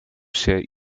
się